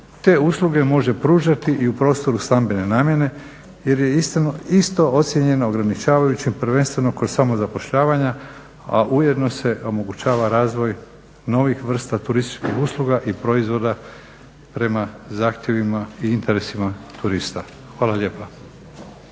te usluge može pružati i u prostoru stambene namjene jer je isto ocjenjeno ograničavajućim prvenstveno kod samozapošljavanja, a ujedno se omogućava razvoj novih vrsta turističkih usluga i proizvoda prema zahtjevima i interesima turista. Hvala lijepo.